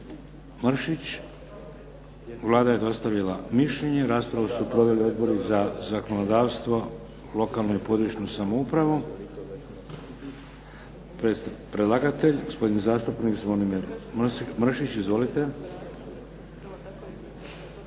Mršić. Vlada je dostavila mišljenje. Raspravu su proveli odbori za zakonodavstvo, lokalnu i područnu samoupravu. Predlagatelj gospodin zastupnik Zvonimir Mršić. Izvolite.